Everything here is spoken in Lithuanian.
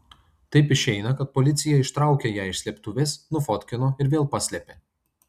taip išeina kad policija ištraukė ją iš slėptuvės nufotkino ir vėl paslėpė